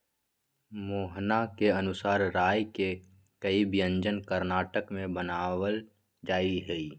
मोहना के अनुसार राई के कई व्यंजन कर्नाटक में बनावल जाहई